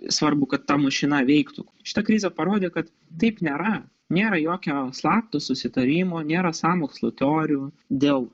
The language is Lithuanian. svarbu kad ta mašina veiktų šita krizė parodė kad taip nėra nėra jokio slapto susitarimo nėra sąmokslo teorijų dėl